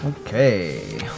Okay